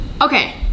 Okay